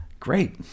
Great